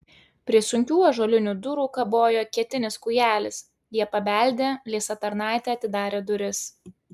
prie sunkių ąžuolinių durų kabojo ketinis kūjelis jie pabeldė liesa tarnaitė atidarė duris